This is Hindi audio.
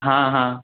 हाँ हाँ